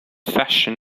fashion